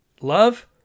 Love